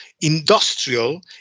industrial